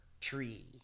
tree